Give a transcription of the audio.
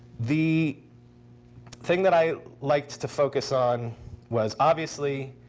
the thing that i liked to focus on was, obviously,